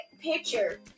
picture